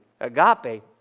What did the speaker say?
agape